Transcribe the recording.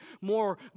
more